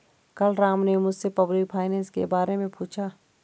कल राम ने मुझसे पब्लिक फाइनेंस के बारे मे पूछा